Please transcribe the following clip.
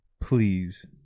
please